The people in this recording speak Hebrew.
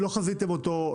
לא חזיתם אותו,